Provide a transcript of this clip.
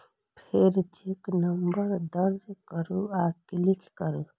फेर check number दर्ज करू आ क्लिक करू